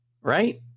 right